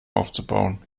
aufzubauen